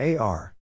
AR